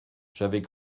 j’avais